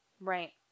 Right